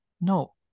No